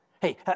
Hey